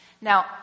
Now